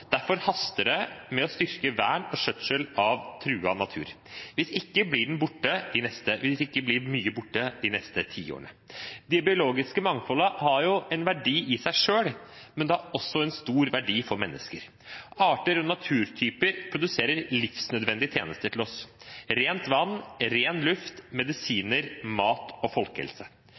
Derfor haster det med å styrke vern og skjøtsel av truet natur – hvis ikke, blir mye borte de neste tiårene. Det biologiske mangfoldet har en verdi i seg selv, men det har også en stor verdi for mennesker. Arter og naturtyper produserer livsnødvendige tjenester til oss: rent vann, ren luft,